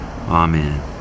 Amen